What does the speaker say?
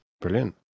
brilliant